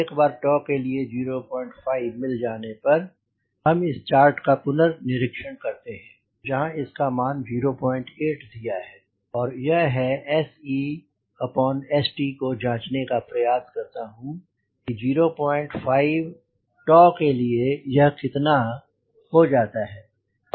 एक बार के लिए 05 मिल जाने पर हम इस चार्ट का पुनर्निरीक्षण करते हैं जहां इसका मान 0 8 दिया है और यह है को जांचने का प्रयास करता हूँ कि 05 के लिए यह कितना हो जाता है